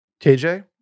KJ